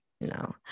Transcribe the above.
no